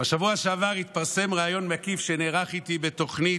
בשבוע שעבר התפרסם ריאיון מקיף שנערך איתי בתוכנית